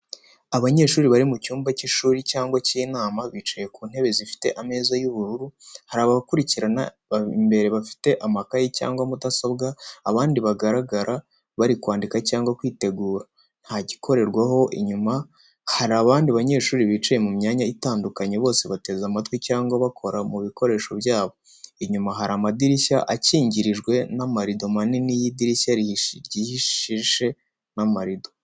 Abanyeshuri bari mu cyumba cy’ishuri cyangwa icy’inama, bicaye ku ntebe zifite ameza y’ubururu. Hari abakurikirana imbere bafite amakayi cyangwa mudasobwa, abandi bagaragara bari kwandika cyangwa kwitegura. Ntagikorerwaho inyuma, hari abandi banyeshuri bicaye mu myanya itandukanye, bose bateze amatwi cyangwa bakora mu bikoresho byabo. Inyuma hari amadirishya akingirijwe n'amarido manini y’idirishya ryihishe n’amashashi.